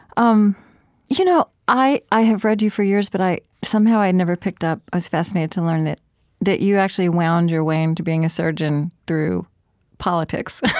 um you know i i have read you for years, but somehow, i had never picked up i was fascinated to learn that that you actually wound your way into being a surgeon through politics.